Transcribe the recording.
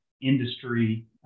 industry